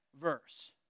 verse